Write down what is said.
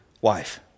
wife